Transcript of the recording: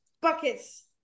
Buckets